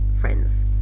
friends